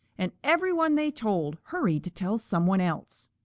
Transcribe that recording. and everyone they told hurried to tell someone else.